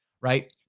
right